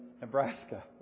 Nebraska